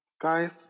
guys